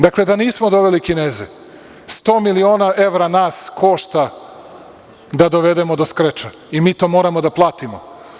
Dakle, da nismo doveli Kineze, 100 miliona evra nas košta da dovedemo do skreča i mi to moramo da platimo.